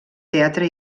teatre